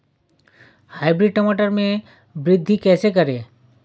Hybrid टमाटर में वृद्धि कैसे करें?